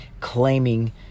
claiming